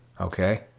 okay